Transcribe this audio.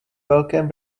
velkém